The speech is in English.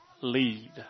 lead